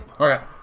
Okay